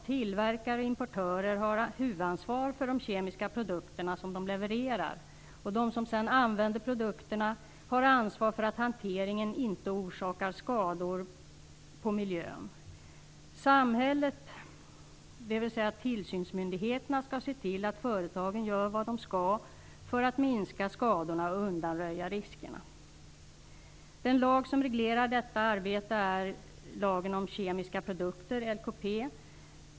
Tillverkare och importörer har huvudansvar för de kemiska produkter som de levererar. De som sedan använder produkterna har ansvar för att hanteringen inte orsakar skador på miljön. Samhället, dvs. tillsynsmyndigheterna, skall se till att företagen gör vad de skall för att minska skadorna och undanröja riskerna. Den lag som reglerar detta arbete är lagen om kemiska produkter, LKP.